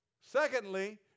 secondly